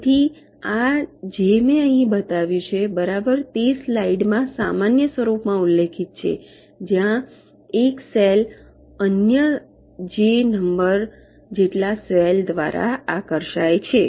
તેથી આ જે મેં અહીં બતાવ્યું છે બરાબર તે સ્લાઇડમાં સામાન્ય સ્વરૂપમાં ઉલ્લેખિત છે જ્યાં એક સેલ અન્ય જે નંબર જેટલા સેલ દ્વારા આકર્ષાય છે